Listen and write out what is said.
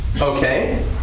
Okay